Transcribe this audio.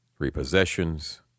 repossessions